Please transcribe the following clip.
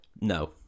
No